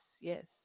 Yes